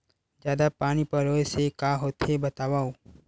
जादा पानी पलोय से का होथे बतावव?